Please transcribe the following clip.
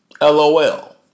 LOL